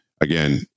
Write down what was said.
again